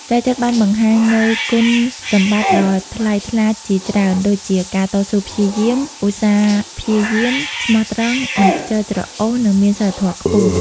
ចៅចិត្របានបង្ហាញនូវគុណសម្បត្តិដ៏ថ្លៃថ្លាជាច្រើនដូចជាការតស៊ូព្យាយាម ឧស្សាហ៍ព្យាយាម ស្មោះត្រង់ មិនខ្ជិលច្រអូស និងមានសីលធម៌ខ្ពស់។